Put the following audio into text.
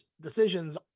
decisions